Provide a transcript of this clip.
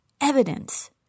evidence